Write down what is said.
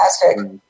fantastic